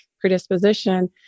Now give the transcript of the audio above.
predisposition